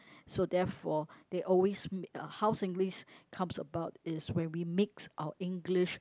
so therefore they always ma~ how Singlish comes about is when we mix our English